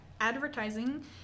advertising